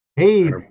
Hey